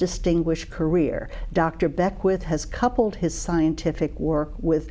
distinguished career dr beckwith has coupled his scientific work with